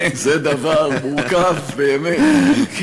זה דבר מורכב באמת.